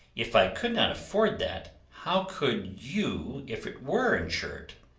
if i could not afford that, how could you if it were insured?